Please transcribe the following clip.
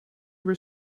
were